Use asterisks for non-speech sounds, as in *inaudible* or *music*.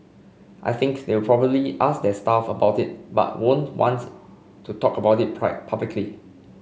I think they'll probably ask their staff about it but won't want to talk about it *unintelligible* publicly